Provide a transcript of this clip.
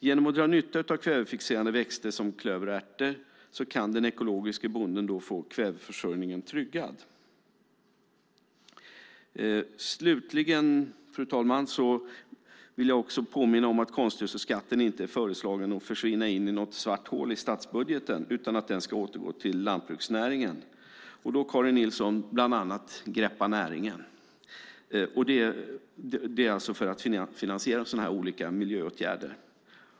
Genom att dra nytta av kvävefixerande växter som klöver och ärtor kan den ekologiske bonden få kväveförsörjningen tryggad. Slutligen, fru talman, vill jag också påminna om att konstgödselskatten inte är föreslagen att försvinna in i något svart hål i statsbudgeten utan att den ska återgå till lantbruksnäringen, bland annat, Karin Nilsson, till Greppa näringen. Det är alltså för att finansiera sådana här miljöåtgärder.